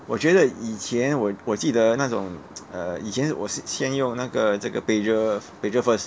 我觉得以前我我记得那种 uh 以前我是先用那个这个 pager pager first